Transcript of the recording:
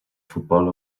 futbol